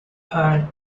her